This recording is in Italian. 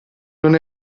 non